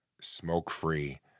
smoke-free